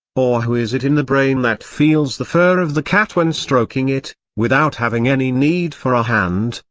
or who is it in the brain that feels the fur of the cat when stroking it, without having any need for a hand,